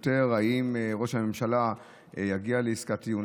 יותר באם ראש הממשלה יגיע לעסקת טיעון,